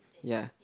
ya